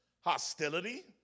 hostility